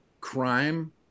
crime